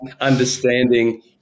Understanding